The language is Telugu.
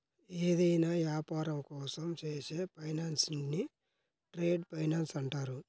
ఏదైనా యాపారం కోసం చేసే ఫైనాన్సింగ్ను ట్రేడ్ ఫైనాన్స్ అంటారు